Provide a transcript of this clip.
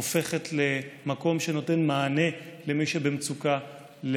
הופכת למקום שנותן מענה למי שבמצוקה,